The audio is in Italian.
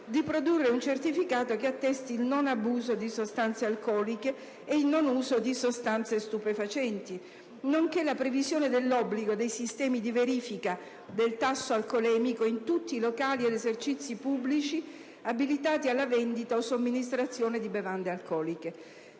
di produrre un certificato che attesti il non abuso di sostanze alcoliche e il non uso di sostanze stupefacenti, nonché la previsione dell'obbligo dei sistemi di verifica del tasso alcolemico in tutti i locali ed esercizi pubblici abilitati alla vendita o alla somministrazione di bevande alcoliche.